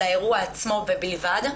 לאירוע עצמו ובלבד,